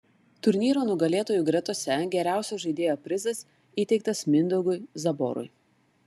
turnyro nugalėtojų gretose geriausio žaidėjo prizas įteiktas mindaugui zaborui